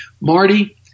Marty